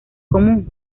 común